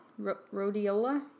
Rhodiola